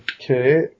Okay